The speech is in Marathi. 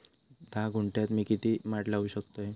धा गुंठयात मी किती माड लावू शकतय?